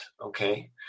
Okay